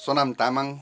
Sonam Tamang